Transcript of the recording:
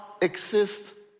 exist